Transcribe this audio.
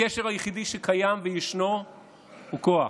הקשר היחידי שקיים וישנו הוא כוח,